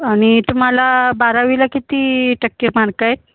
आणि तुम्हाला बारावीला किती टक्के मार्क आहेत